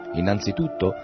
innanzitutto